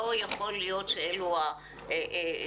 לא יכול להיות שאלה המספרים.